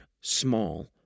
small